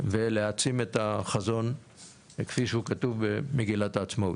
ולהעצים את החזון כפי שהוא כתוב במגילת העצמאות.